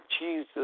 Jesus